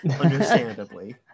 understandably